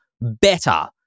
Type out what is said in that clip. better